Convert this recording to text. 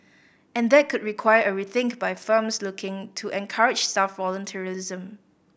and that could require a rethink by firms looking to encourage staff volunteerism